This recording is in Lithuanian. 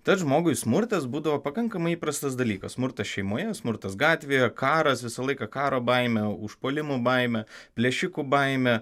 tad žmogui smurtas būdavo pakankamai įprastas dalykas smurtas šeimoje smurtas gatvėje karas visą laiką karo baimė užpuolimų baimė plėšikų baimė